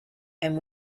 and